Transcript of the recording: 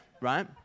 Right